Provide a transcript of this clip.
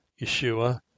Yeshua